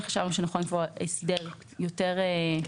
חשבנו שנכון לקבוע הסדר יותר מלא.